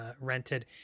rented